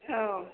औ